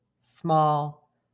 small